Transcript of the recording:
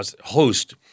host